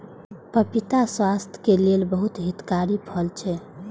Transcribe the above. पपीता स्वास्थ्यक लेल बहुत हितकारी फल छै